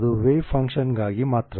ಅದು ವೇವ್ ಫಂಕ್ಷನ್ಗಾಗಿ ಮಾತ್ರ